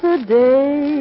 Today